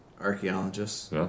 archaeologists